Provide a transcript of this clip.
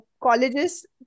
colleges